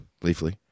Leafly